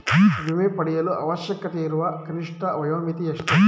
ವಿಮೆ ಪಡೆಯಲು ಅವಶ್ಯಕತೆಯಿರುವ ಕನಿಷ್ಠ ವಯೋಮಿತಿ ಎಷ್ಟು?